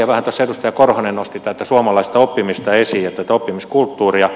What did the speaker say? vähän tuossa edustaja korhonen nosti tätä suomalaista oppimista esiin ja tätä oppimiskulttuuria